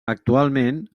actualment